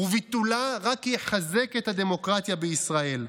וביטולה רק יחזק את הדמוקרטיה בישראל.